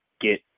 get